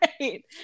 right